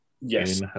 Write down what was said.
Yes